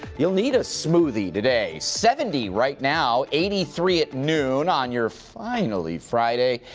you'll need a smoothie today. seventy right now, eighty three at noon on your finally friday.